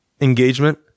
engagement